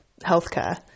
healthcare